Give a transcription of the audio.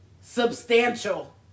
substantial